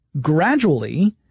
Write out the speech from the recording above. gradually